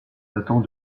datant